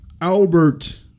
Albert